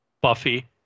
Buffy